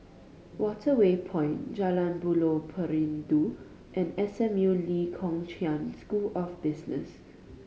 Waterway Point Jalan Buloh Perindu and S M U Lee Kong Chian School of Business